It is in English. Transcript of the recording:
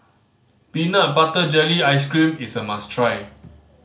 peanut butter jelly ice cream is a must try